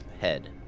head